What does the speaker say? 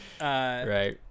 right